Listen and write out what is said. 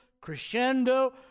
crescendo